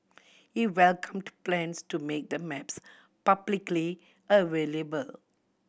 he welcomed plans to make the maps publicly available